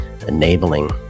enabling